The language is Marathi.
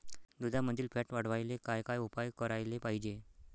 दुधामंदील फॅट वाढवायले काय काय उपाय करायले पाहिजे?